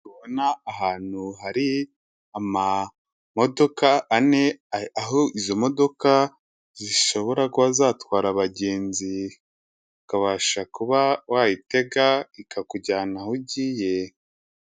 Ubona hantu hari amamodoka ane, aho izo modoka zishobora kuba zatwara abagenzi ukabasha kuba wayitega ikakujyana aho ugiye.